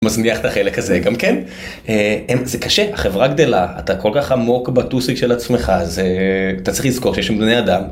מזניח את החלק הזה גם כן. זה קשה, חברה גדלה, אתה כל כך עמוק בטוסיק של עצמך, אז אתה צריך לזכור שיש שם בני אדם.